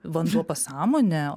vanduo pasąmonė